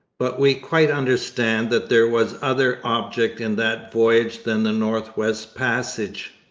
but we quite understand that there was other object in that voyage than the north-west passage.